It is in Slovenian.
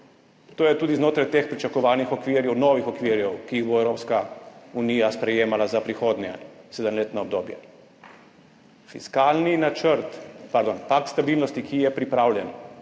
To je tudi znotraj teh pričakovanih okvirov, novih okvirov, ki jih bo Evropska unija sprejemala za prihodnje sedemletno obdobje. Pakt stabilnosti, ki je pripravljen